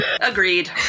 Agreed